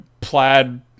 plaid